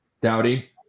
Dowdy